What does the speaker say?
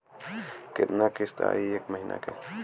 कितना किस्त आई एक महीना के?